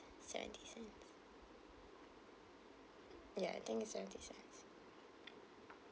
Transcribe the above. seventy cents yeah I think is seventy cents